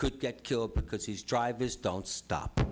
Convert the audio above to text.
could get killed because his drivers don't stop